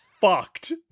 fucked